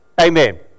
Amen